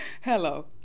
hello